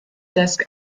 desk